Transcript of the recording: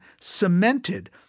cemented